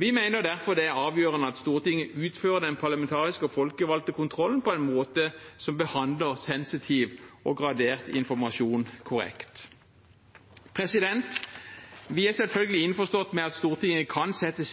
Vi mener derfor det er avgjørende at Stortinget utfører den parlamentariske og folkevalgte kontrollen på en måte som behandler sensitiv og gradert informasjon korrekt. Vi er selvfølgelig innforstått med at Stortinget kan sette